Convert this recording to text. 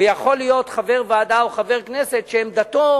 ויכול להיות חבר ועדה או חבר כנסת שעמדתו